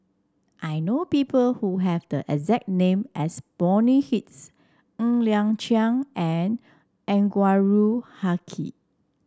I know people who have the exact name as Bonny Hicks Ng Liang Chiang and Anwarul Haque